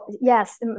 yes